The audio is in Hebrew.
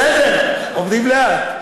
בסדר, עובדים לאט.